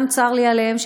צר לי גם עליהם,